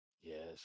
Yes